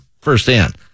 firsthand